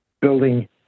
building